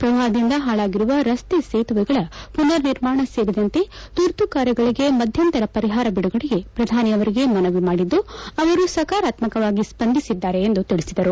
ಪ್ರವಾಹದಿಂದ ಪಾಳಾಗಿರುವ ರಸ್ತೆ ಸೇತುವೆಗಳ ಮನರ್ ನಿರ್ಮಾಣ ಸೇರಿದಂತೆ ತುರ್ತು ಕಾರ್ಯಗಳಿಗೆ ಮಧ್ಯಂತರ ಪರಿಹಾರ ಬಿಡುಗಡೆಗೆ ಪ್ರಧಾನಿಯರಿಗೆ ಮನವಿ ಮಾಡಿದ್ದು ಅವರು ಸಕಾರಾತ್ಮಕವಾಗಿ ಸ್ವಂದಿಸಿದ್ದಾರೆ ಎಂದು ತಿಳಿಸಿದರು